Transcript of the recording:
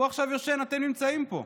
הוא עכשיו ישן, אתם נמצאים פה.